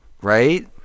right